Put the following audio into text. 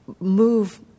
move